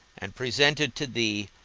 and presented to thee,